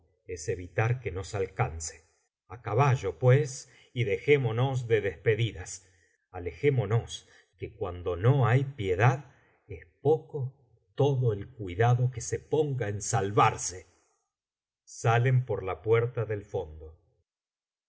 es evitar que nos alcance a caballo pues y dejémonos de despedidas alejémonos que cuando no hay piedad es poco todo el cuidado que se ponga en salvarse salen por